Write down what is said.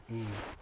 mm